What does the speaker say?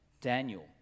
Daniel